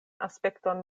aspekton